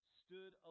stood